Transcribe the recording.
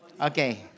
Okay